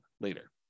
later